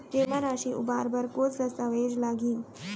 जेमा राशि उबार बर कोस दस्तावेज़ लागही?